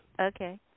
Okay